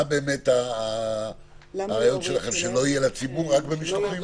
מה הכוונה שלכם שלא יהיה לציבור, רק במשלוחים?